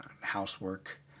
housework